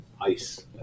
ICE